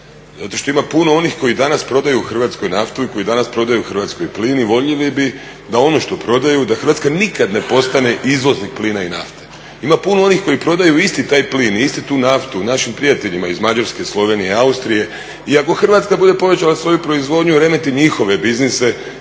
Zato što ima puno onih koji danas prodaju u Hrvatskoj naftu i koji danas prodaju Hrvatskoj plin i voljeli bi da ono što prodaju da Hrvatska nikada ne postane izvoznik plina i nafte. Ima puno onih koji prodaju isti taj plin i istu tu naftu našim prijateljima iz Mađarske, Slovenije i Austrije. I ako Hrvatska bude povećala svoju proizvodnju remeti njihove biznise